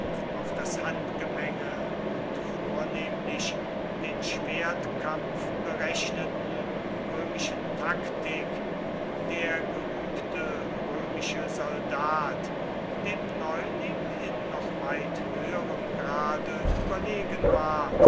auf das handgemenge und vornehmlich den schwertkampf berechneten römischen taktik der geübte römische soldat dem neuling in noch weit höherem grade überlegen war